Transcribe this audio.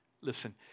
listen